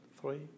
three